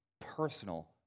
personal